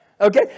Okay